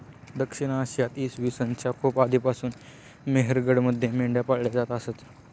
दक्षिण आशियात इसवी सन च्या खूप आधीपासून मेहरगडमध्ये मेंढ्या पाळल्या जात असत